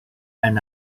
and